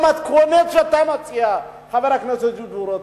במתכונת שאתה מציע, חבר הכנסת דודו רותם.